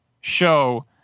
show